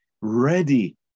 ready